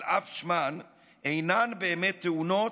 על אף שמן, אינן באמת תאונות,